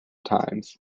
times